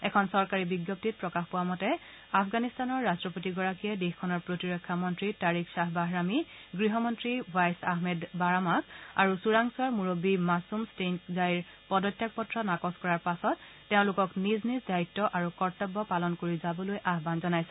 এখন চৰকাৰী বিজ্ঞপ্তিত প্ৰকাশ পোৱা মতে আফগানিস্তানৰ ৰট্টপতিগৰাকীয়ে দেশখনৰ প্ৰতিৰক্ষা মন্ত্ৰী তাৰিক শ্বাহ বাহৰামী গৃহমন্ত্ৰী ৱাইচ আহমেদ বাৰমাক আৰু চোৰাংচোৱাৰ মুৰববী মাচুম ষ্টেনেকজাইৰ পদত্যাগ পত্ৰ নাকচ কৰাৰ পাছত তেওঁলোকক নিজ নিজ দায়িত্ আৰু কৰ্তব্য পালন কৰি যাবলৈ আহান জনাইছে